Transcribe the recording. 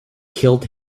killed